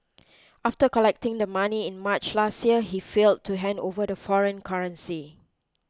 after collecting the money in March last year he failed to hand over the foreign currency